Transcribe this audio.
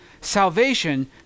salvation